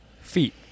feet